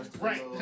Right